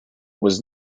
was